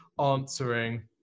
answering